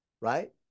right